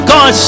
God